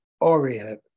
oriented